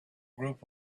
group